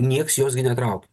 nieks jos gi netraukė